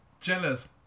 jealous